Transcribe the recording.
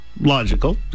Logical